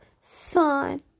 son